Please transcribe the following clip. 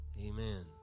Amen